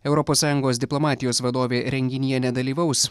europos sąjungos diplomatijos vadovė renginyje nedalyvaus